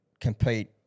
compete